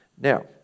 Now